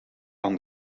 aan